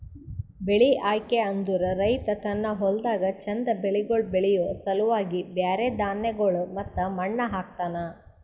ಬೆಳಿ ಆಯ್ಕೆ ಅಂದುರ್ ರೈತ ತನ್ನ ಹೊಲ್ದಾಗ್ ಚಂದ್ ಬೆಳಿಗೊಳ್ ಬೆಳಿಯೋ ಸಲುವಾಗಿ ಬ್ಯಾರೆ ಧಾನ್ಯಗೊಳ್ ಮತ್ತ ಮಣ್ಣ ಹಾಕ್ತನ್